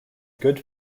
good